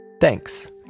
Thanks